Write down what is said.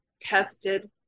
tested